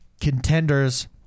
contenders